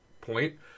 point